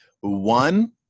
One